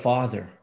Father